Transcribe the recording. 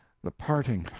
the parting ah,